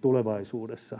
tulevaisuudessa